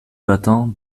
battants